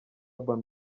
urban